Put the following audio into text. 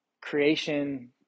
creation